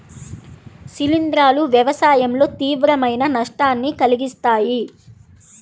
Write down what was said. శిలీంధ్రాలు వ్యవసాయంలో తీవ్రమైన నష్టాన్ని కలిగిస్తాయి